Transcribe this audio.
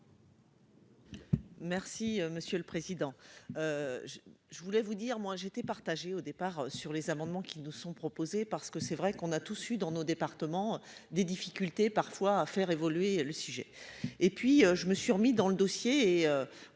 Merci monsieur le président, je voulais vous dire moi j'étais partagé au départ sur les amendements qui nous sont proposés, parce que c'est vrai qu'on a tous eu dans nos départements, des difficultés parfois à faire évoluer le sujet et puis je me suis remis dans le dossier,